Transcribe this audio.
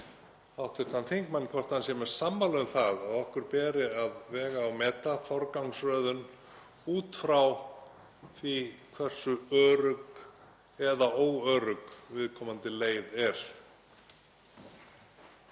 spyr hv. þingmanninn hvort hann sé mér sammála um að okkur beri að vega og meta forgangsröðun út frá því hversu örugg eða óörugg viðkomandi leið er.